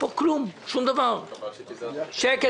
פה כלום, שום דבר, שקט.